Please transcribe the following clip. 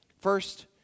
First